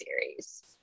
series